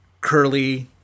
curly